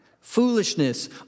foolishness